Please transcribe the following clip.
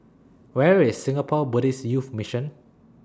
Where IS Singapore Buddhist Youth Mission